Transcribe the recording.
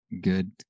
Good